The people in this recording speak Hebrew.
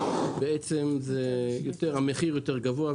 בעצם המחיר יותר גבוה,